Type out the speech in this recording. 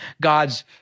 God's